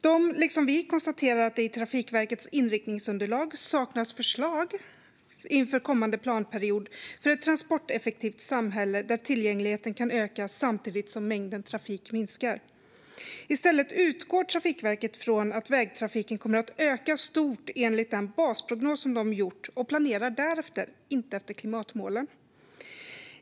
De, liksom vi, konstaterar att det i Trafikverkets inriktningsunderlag saknas förslag inför kommande planperiod för ett transporteffektivt samhälle där tillgängligheten kan öka samtidigt som mängden trafik minskar. I stället utgår Trafikverket från att vägtrafiken kommer att öka stort enligt den basprognos som de gjort, och de planerar därefter i stället för efter klimatmålen.